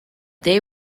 they